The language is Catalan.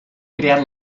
creat